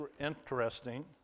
interesting